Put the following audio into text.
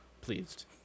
pleased